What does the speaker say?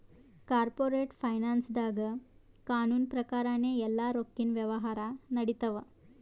corporate ಫೈನಾನ್ಸ್ದಾಗ್ ಕಾನೂನ್ ಪ್ರಕಾರನೇ ಎಲ್ಲಾ ರೊಕ್ಕಿನ್ ವ್ಯವಹಾರ್ ನಡಿತ್ತವ